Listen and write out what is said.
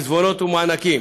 עיזבונות ומענקים.